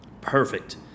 perfect